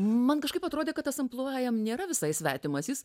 man kažkaip atrodė kad tas amplua jam nėra visai svetimas jis